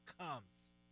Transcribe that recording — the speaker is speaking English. comes